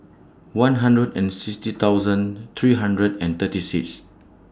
one hundred and sixty thousand three hundred and thirty six